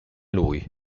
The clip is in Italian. lui